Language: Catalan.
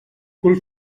cul